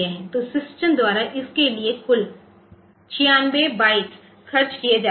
तो सिस्टम द्वारा इसके लिए कुल 96 बाइट्स खर्च किए जाते हैं